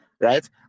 right